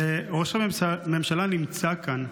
ראש הממשלה נמצא כאן,